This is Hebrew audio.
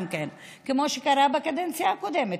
גם כן כמו שקרה בקדנציה הקודמת,